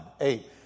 eight